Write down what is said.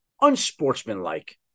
unsportsmanlike